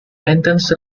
entrance